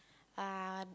uh